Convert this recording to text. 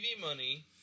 money